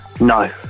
No